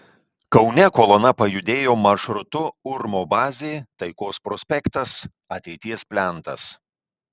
kaune kolona pajudėjo maršrutu urmo bazė taikos prospektas ateities plentas